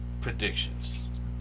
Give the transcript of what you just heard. predictions